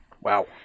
wow